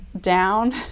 down